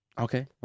Okay